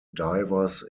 divers